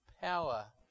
power